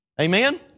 Amen